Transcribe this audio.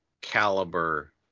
caliber